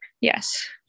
Yes